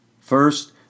First